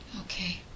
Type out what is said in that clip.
Okay